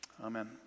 Amen